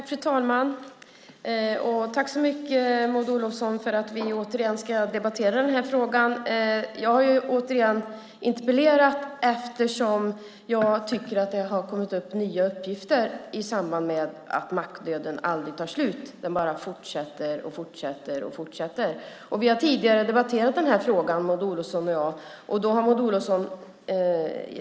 Fru talman! Tack så mycket, Maud Olofsson, för att vi ska debattera den här frågan ännu en gång. Jag har återigen interpellerat, eftersom jag tycker att det har kommit fram nya uppgifter i samband med att mackdöden aldrig tar slut. Den bara fortsätter och fortsätter och fortsätter. Maud Olofsson och jag har tidigare debatterat denna fråga.